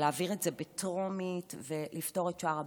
להעביר את זה בטרומית ולפתור את שאר הבעיות.